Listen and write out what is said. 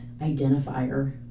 identifier